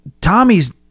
Tommy's